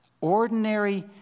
ordinary